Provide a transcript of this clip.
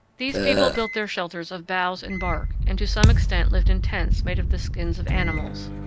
these people built their shelters of boughs and bark, and to some extent lived in tents made of the skins of animals.